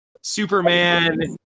Superman